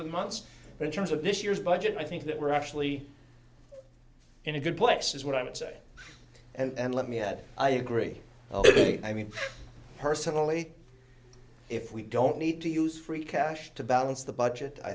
the months but in terms of this year's budget i think that we're actually in a good plex is what i would say and let me add i agree i mean personally if we don't need to use free cash to balance the budget i